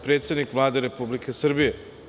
Predsednik sam Vlade Republike Srbije.